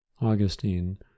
Augustine